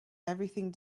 everything